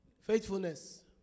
Faithfulness